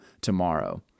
tomorrow